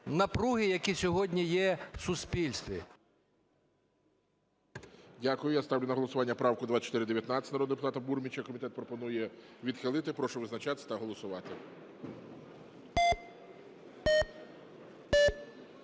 напруги, які сьогодні є в суспільстві? ГОЛОВУЮЧИЙ. Дякую. Я ставлю на голосування правку 2419 народного депутата Бурміча. Комітет пропонує відхилити. Прошу визначатись та голосувати.